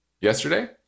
yesterday